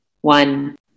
one